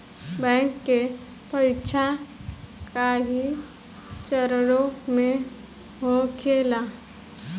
bank के परीक्षा कई चरणों में होखेला